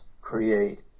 create